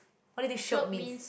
what do you think shiok means